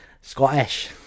Scottish